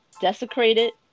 desecrated